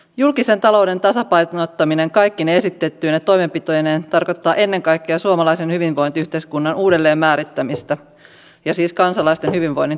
julkisen talouden tasapainottaminen kaikkine esitettyine toimenpiteineen tarkoittaa ennen kaikkea suomalaisen hyvinvointiyhteiskunnan uudelleenmäärittämistä ja siis kansalaisten hyvinvoinnin turvaamista